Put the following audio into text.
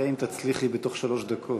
נראה אם תצליח בתוך שלוש דקות.